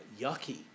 yucky